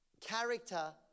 character